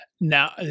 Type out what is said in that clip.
Now